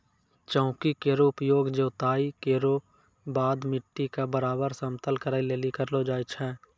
चौकी केरो उपयोग जोताई केरो बाद मिट्टी क बराबर समतल करै लेलि करलो जाय छै